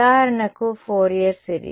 విద్యార్థి Fourier series